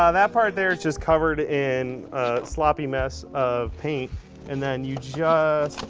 ah that part there, it's just covered in a sloppy mess of paint and then you just,